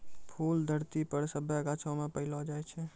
फूल धरती पर सभ्भे गाछौ मे पैलो जाय छै